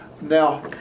Now